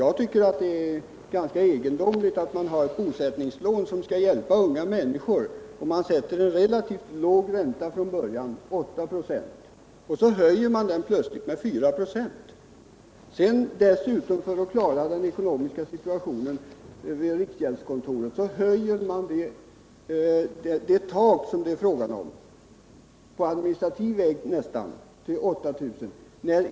Jag tycker att det är ganska egendomligt att man i samband med bosättningslån som skall hjälpa unga människor först sätter en relativt låg ränta på 8 96 och sedan plötsligt höjer den med 4 96. För att man vid riksgäldskontoret skall kunna klara den ekonomiska situationen höjer man, nästan på administrativ väg, dessutom det tak som det här är fråga om till 8 000 kr.